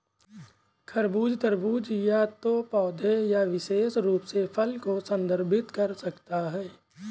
खरबूज, तरबूज या तो पौधे या विशेष रूप से फल को संदर्भित कर सकता है